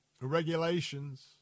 regulations